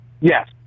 Yes